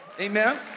amen